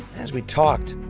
as we talked,